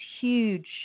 huge